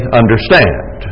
understand